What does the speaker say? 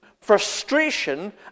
frustration